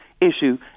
issue